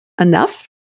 enough